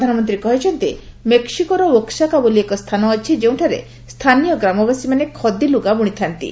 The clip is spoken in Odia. ପ୍ରଧାନମନ୍ତ୍ରୀ କହିଛନ୍ତି ମେକ୍ସିକୋରେ ୱାକ୍ସାକା ବୋଲି ଏକ ସ୍ଥାନ ଅଛି ଯେଉଁଠାରେ ସ୍ଥାନୀୟ ଗ୍ରାମବାସୀମାନେ ଖଦୀ ଲୁଗା ବୁଣିଥାନ୍ତି